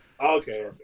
Okay